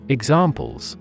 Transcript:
Examples